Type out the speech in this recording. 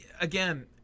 again